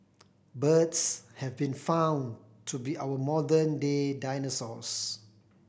birds have been found to be our modern day dinosaurs